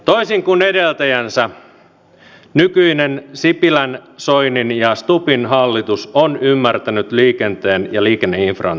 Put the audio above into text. toisin kuin edeltäjänsä nykyinen sipilän soinin ja stubbin hallitus on ymmärtänyt liikenteen ja liikenneinfran tärkeyden